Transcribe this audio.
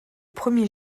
premier